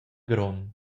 grond